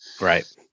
Right